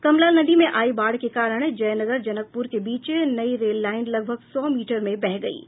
कमला नदी में आयी बाढ़ के कारण जयनगर जनकपुर के बीच नई रेल लाईन लगभग सौ मीटर में बह गयी है